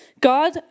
God